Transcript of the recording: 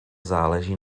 záleží